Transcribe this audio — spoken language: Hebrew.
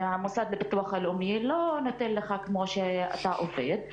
המוסד לביטוח לאומי לא נותן לך כמו שאתה עובד.